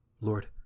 Lord